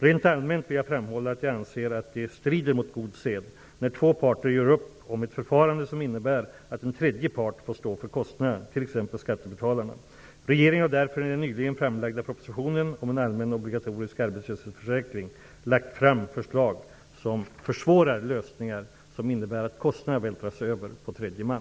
Rent allmänt vill jag framhålla att jag anser att det strider mot god sed när två parter gör upp om ett förfarande som innebär att en tredje part får stå för kostnaderna, t.ex. skattebetalarna. Regeringen har därför i den nyligen framlagda propositionen om en allmän och obligatorisk arbetslöshetsförsäkring lagt fram förslag som försvårar lösningar som innebär att kostnaderna vältras över på tredje man.